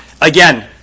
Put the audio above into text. Again